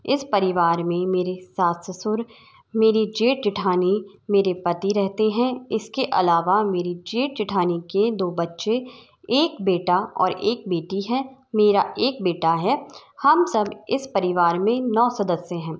इस परिवार में मेरी सास ससुर मेरी जेठ जेठानी मेरे पति रहते हैं इसके अलावा मेरी जेठ जेठानी के दो बच्चे एक बेटा और एक बेटी हैं मेरा एक बेटा है हम सब इस परिवार में नौ सदस्य हैं